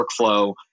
workflow